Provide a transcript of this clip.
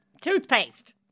toothpaste